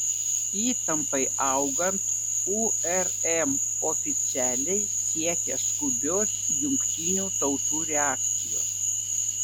įtampai augant urm oficialiai siekia skubios jungtinių tautų reakcijos